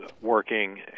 working